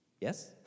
Yes